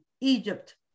Egypt